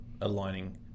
aligning